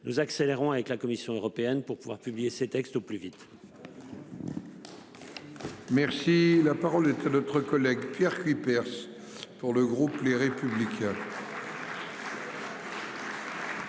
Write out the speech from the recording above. nous accélérons avec la Commission européenne pour pouvoir publier ses textes au plus vite. Merci la parole est à notre collègue Pierre Cuypers pour le groupe Les Républicains.